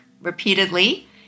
repeatedly